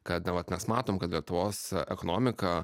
kad nu vat mes matom kad lietuvos ekonomika